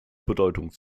bedeutung